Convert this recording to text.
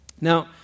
Now